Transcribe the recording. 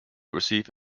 receive